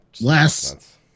Last